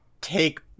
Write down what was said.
take